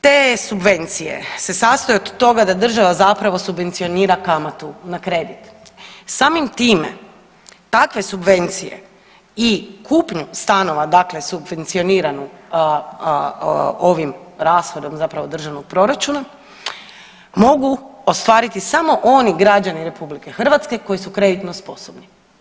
Te subvencije se sastoje od toga da država zapravo subvencionira kamatu na kredit, samim time takve subvencije i kupnju stanova, dakle subvencioniranu ovim rashodom zapravo državnog proračuna, mogu ostvariti samo oni građani RH koji su kreditno sposobni.